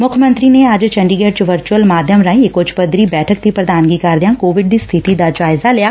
ਮੁੱਖ ਮੰਤਰੀ ਨੇ ੱੱਜ ਚੰਡੀਗੜ੍ ਚ ਵਰਚੂਅਲ ਮਧਿਅਮ ਰਾਹੀ ਇਕ ਉੱਚ ਪੱਧਰੀ ਬੈਠਕ ਦੀ ਪ੍ਰਧਾਨਗੀ ਕਰਦਿਆਂ ਕੋਵਿਡ ਦੀ ਸਬਿਤੀ ਦਾ ਜਾਇਜ਼ਾ ਲਿਆ